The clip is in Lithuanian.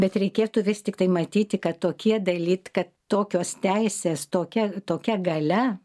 bet reikėtų vis tiktai matyti kad tokie dalyt kad tokios teisės tokia tokia galia